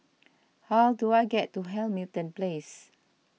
how do I get to Hamilton Place